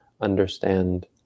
understand